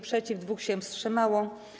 przeciw, 2 się wstrzymało.